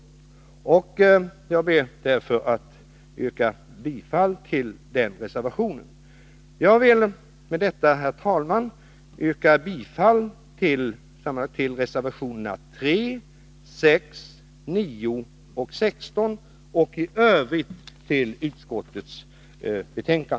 Jag ber därför att få yrka bifall till denna reservation. Jag vill med detta, herr talman, yrka bifall till reservationerna 3, 6, 9 och 16 och i övrigt till utskottets hemställan.